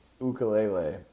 Ukulele